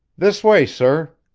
this way, sir.